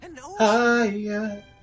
higher